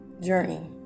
journey